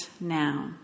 now